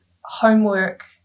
homework